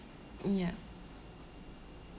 mm yup